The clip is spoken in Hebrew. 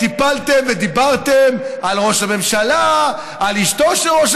יודעת, יש לך